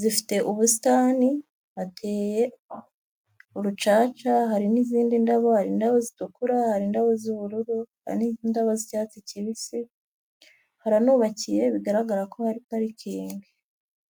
zifite ubusitani, hateye urucaca, hari n'izindi ndabo, hari indabo zitukura, hari indabo z'ubururu, hari indabo z'icyatsi kibisi, haranubakiye bigaragara ko hari parikingi.